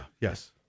Yes